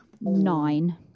Nine